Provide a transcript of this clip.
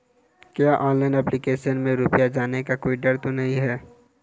क्या online application में रुपया जाने का कोई डर तो नही है?